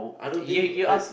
I don't give a I